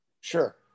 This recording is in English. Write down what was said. Sure